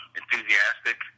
enthusiastic